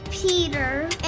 Peter